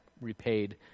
repaid